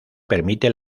permite